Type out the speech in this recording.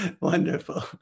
Wonderful